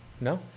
No